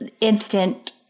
instant